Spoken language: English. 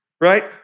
Right